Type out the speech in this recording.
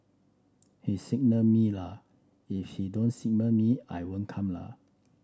he signal me la if he don't signal me I won't come la